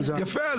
יפה.